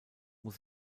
muss